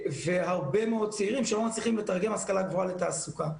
הרבה מאוד צעירים לא מצליחים לתרגם השכלה גבוהה לתעסוקה.